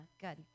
Good